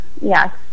Yes